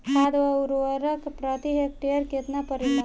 खाद व उर्वरक प्रति हेक्टेयर केतना परेला?